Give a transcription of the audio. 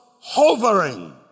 hovering